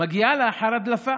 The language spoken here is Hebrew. מגיעים לאחר הדלפה,